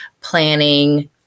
planning